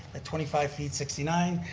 at twenty five feet, sixty nine,